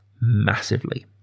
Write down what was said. massively